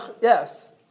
Yes